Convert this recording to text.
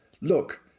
Look